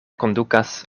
kondukas